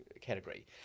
category